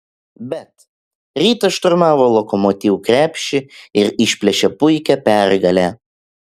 bet rytas šturmavo lokomotiv krepšį ir išplėšė puikią pergalę